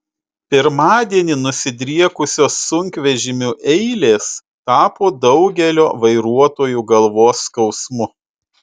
pirmadienį nusidriekusios sunkvežimių eilės tapo daugelio vairuotojų galvos skausmu